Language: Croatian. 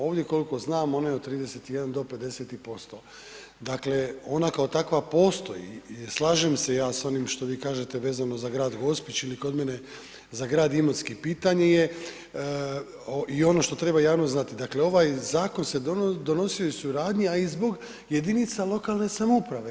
Ovdje koliko znam on je od 31 do 50%, dakle ona kao takva postoji, slažem se ja sa onim što vi kažete vezano za grad Gospić ili kod mene za grad Imotski, pitanje je i ono što treba javnost znati, dakle ovaj zakon se donosio iz suradnje, a i zbog jedinica lokalne samouprave.